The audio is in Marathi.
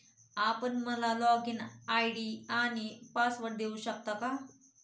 आपण मला लॉगइन आय.डी आणि पासवर्ड देऊ शकता का?